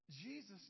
Jesus